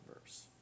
verse